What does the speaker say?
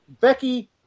Becky